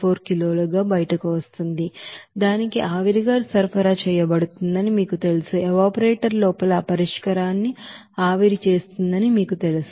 74 కిలోలుగా బయటకు వస్తోంది దానికి ఆవిరిగా సరఫరా చేయబడిందని మీకు తెలుసు ఎవాపరేటర్ లోపల ఆ పరిష్కారాన్ని ఆవిరి చేస్తుందని మీకు తెలుసు